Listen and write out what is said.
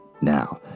now